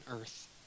earth